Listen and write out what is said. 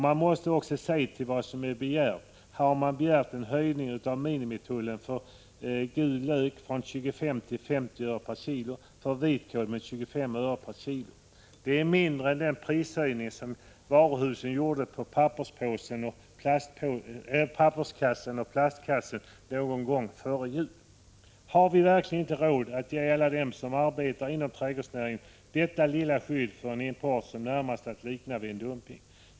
Lägg märke till vad som har begärts! I motionen har begärts en höjning av minimitullen för gul lök från 25 till 50 öre per kilo, för vitkål med 25 öre per kilo. Det är mindre än den höjning som varuhusen gjorde för papperseller plastkassen någon gång före jul. Har vi verkligen inte råd att ge alla dem som arbetar inom trädgårdsnäringen detta lilla skydd för en import som närmast är att likna vid dumpning?